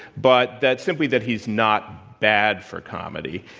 but that simply that he's not bad for comedy.